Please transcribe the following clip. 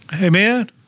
Amen